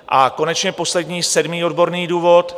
A konečně poslední sedmý odborný důvod.